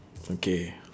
okay